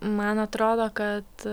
man atrodo kad